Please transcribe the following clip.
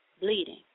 bleeding